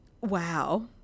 Wow